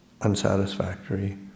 unsatisfactory